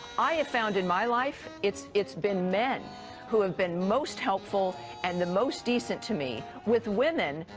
i have found in my life, it's it's been men who've been most helpful and the most decent to me. with women,